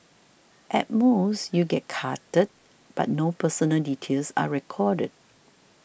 at most you get carded but no personal details are recorded